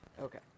Okay